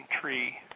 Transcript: tree